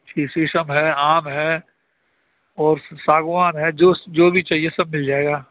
جی سیسم ہے آم ہے اور ساگوان ہے جو جو بھی چاہیے سب مِل جائے گا